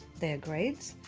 their grades,